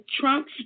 Trump